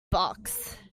box